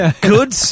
Good